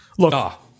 Look